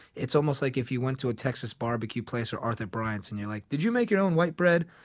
it's almost as like if you went to a texas barbecue place or arthur bryant's and you're like, did you make your own white bread?